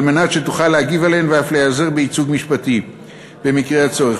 על מנת שתוכל להגיב עליהן ואף להיעזר בייצוג משפטי במקרה הצורך.